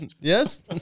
Yes